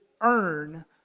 earn